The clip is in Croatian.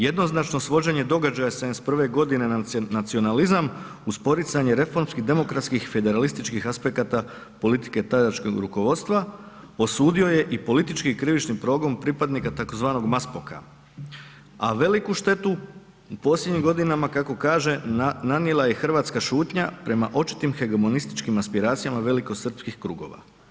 Jednoznačnost vođenja događaja 71. g. nacionalizam, uz poricanje reformskih demokratskih federalističkih aspekata politike tadašnjeg rukovodstva, osudio je i politički krivični progon pripadnika tzv. MASPOK-a, a veliku štetu u posljednjim godinama, kako kaže, nanijela je i hrvatska šutnja prema očitim hegemonističkim aspiracijama velikosrpskih krugova.